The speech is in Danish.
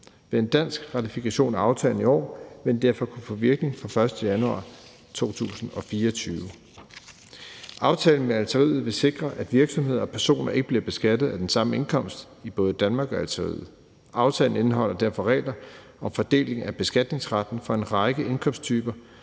Med en dansk ratifikation af aftalen i år, vil den dermed kunne få virkning fra den 1. januar 2024. Aftalen med Algeriet vil sikre, at virksomheder og personer ikke bliver beskattet af den samme indkomst i både Danmark og Algeriet. Aftalen indeholder derfor regler om fordeling af beskatningsretten for en række indkomsttyper,